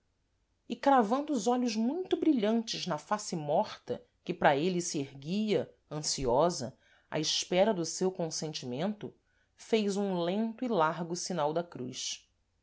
e cravando os olhos muito brilhantes na face morta que para êle se erguia ansiosa à espera do seu consentimento fez um lento e largo sinal da cruz